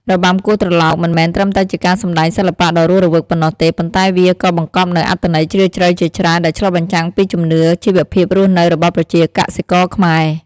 របាំគោះត្រឡោក មិនមែនត្រឹមតែជាការសម្តែងសិល្បៈដ៏រស់រវើកប៉ុណ្ណោះទេ ប៉ុន្តែវាក៏បង្កប់នូវអត្ថន័យជ្រាលជ្រៅជាច្រើន ដែលឆ្លុះបញ្ចាំងពីជំនឿ ជីវភាពរស់នៅរបស់ប្រជាកសិករខ្មែរ។